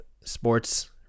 sports